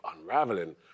unraveling